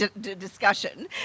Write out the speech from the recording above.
discussion